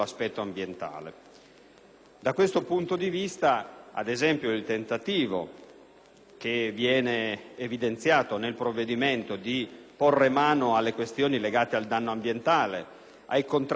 Da questo punto di vista, ad esempio, il tentativo evidenziato nel provvedimento di porre mano alle questioni legate al danno ambientale e ai contratti di transazione